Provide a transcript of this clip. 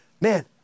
man